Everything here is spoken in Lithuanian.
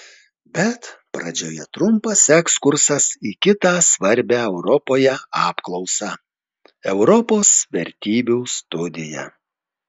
bet pradžioje trumpas ekskursas į kitą svarbią europoje apklausą europos vertybių studiją